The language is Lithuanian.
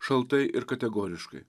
šaltai ir kategoriškai